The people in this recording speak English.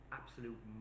absolute